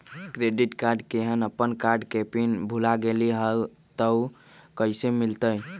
Credit card केहन अपन card के पिन भुला गेलि ह त उ कईसे मिलत?